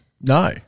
No